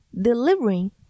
delivering